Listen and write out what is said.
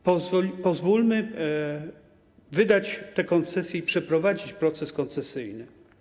Pozwólmy wydać te koncesje i przeprowadzić proces koncesyjny.